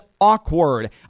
awkward